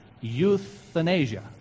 Euthanasia